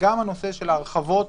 גם הנושא של ההרחבות